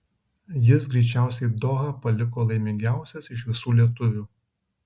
jis greičiausiai dohą paliko laimingiausias iš visų lietuvių